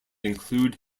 include